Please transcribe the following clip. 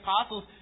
apostles